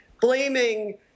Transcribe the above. blaming